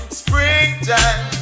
springtime